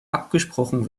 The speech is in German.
abgesprochen